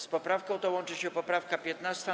Z poprawką tą łączy się poprawka 15.